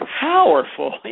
powerful